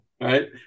Right